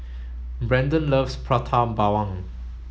Braden loves Prata Bawang